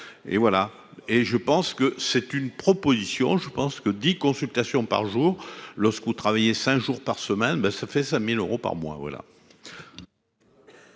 et voilà et je pense que c'est une proposition, je pense que 10 consultations par jour lorsqu'ou travailler 5 jours par semaine, ben ça fait 5000 euros par mois voilà.